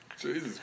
Jesus